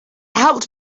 helped